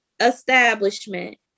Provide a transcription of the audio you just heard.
establishment